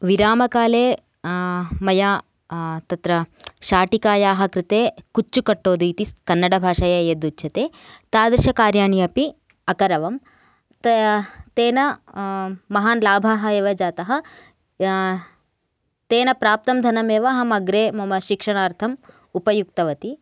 विरामकाले मया तत्र शाटिकायाः कृते कुच्चु कटोदिति कन्नडभाषाया यदुच्यते तादृश कार्याणि अपि अकरवम् त तेन महान् लाभाः एव जातः तेन प्राप्तं धनम् एव अहम् अग्रे मम शिक्षणार्थम् उपयुक्तवती